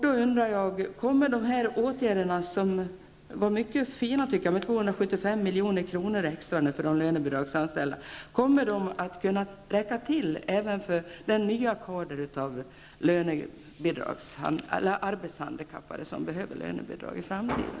Jag undrar om de mycket fina åtgärderna innefattande 275 milj.kr. extra till de lönebidragsanställda kommer att räcka till även för alla nytillkommande arbetshandikappade som behöver lönebidrag i framtiden.